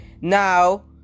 now